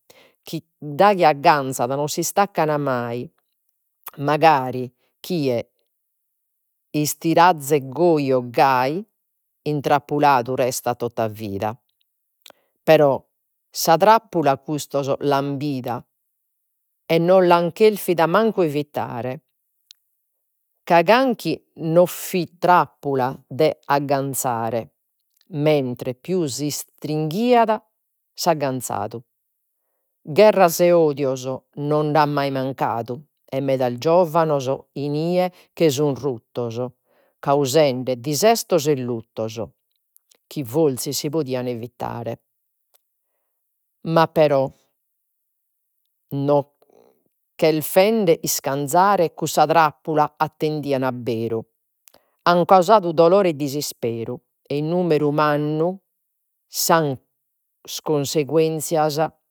Chi daghi agganzan no si istaccan mai, magari chi goi o gai. Intrappuladu restat tota vida però sa trappula cussos l'an bida, e no l'an cherfida mancu evitare ca no fit trappula de agganzare, mentres pius istringhiat s'agganzadu. Gherras e odios no n'at mai mancadu e meda giovanos inie che sun ruttos, causende dissestos e luttos, chi forsis si podian evitare. Ma non cherfende iscanzare cussa trappula attendian abberu, an causadu dolore e disisperu e in numeru mannu cunseguenzias.